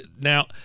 Now